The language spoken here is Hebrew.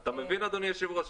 אתה מבין, אדוני היושב-ראש?